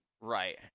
Right